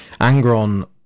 Angron